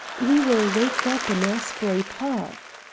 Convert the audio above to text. we will wake up in asbury park.